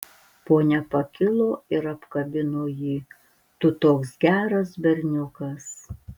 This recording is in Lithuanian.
ponia pakilo ir apkabino jį tu toks geras berniukas